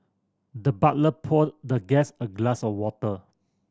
the butler poured the guest a glass of water